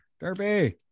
Derby